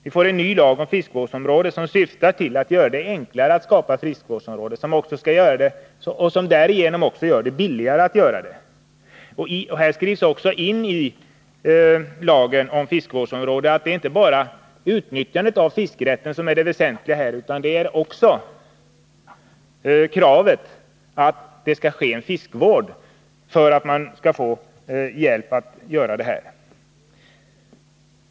Vi får en ny lag om fiskevårdsområden som syftar till att göra det enklare att skapa sådana områden, och det blir därigenom även billigare. Det skrivs vidare in i lagen om fiskevård att inte bara utnyttjandet av fiskerätten är väsentligt utan också kravet att det skall ske fiskevård.